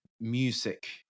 music